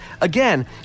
again